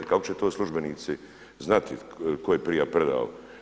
Kako će to službenici znati tko je prije predao?